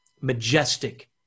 Majestic